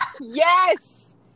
Yes